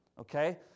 Okay